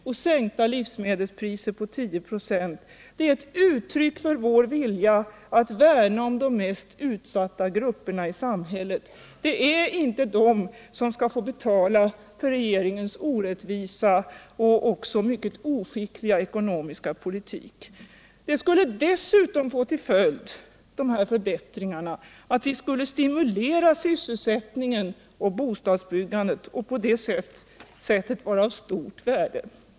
och sänkning av livsmedelspriserna med 10 &, ett uttryck för vår vilja att värna om de mest utsatta grupperna i samhället. Det är inte de som skall betala för regeringens orättvisa och även mycket oskickliga ekonomiska politik. De här förbättringarna skulle dessutom få till följd att vi skulle stimulera sysselsättningen och bostadsbyggandet och på det sättet vara av stort värde.